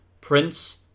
Prince